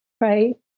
right